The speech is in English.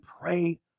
pray